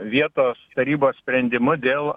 vietos tarybos sprendimu dėl